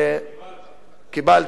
קיבלת.